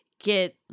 get